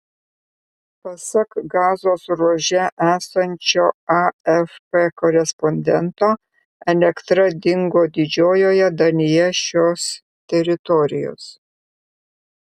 pasak gazos ruože esančio afp korespondento elektra dingo didžiojoje dalyje šios teritorijos